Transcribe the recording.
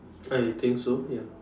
I think so ya